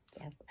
yes